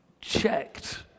checked